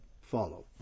follow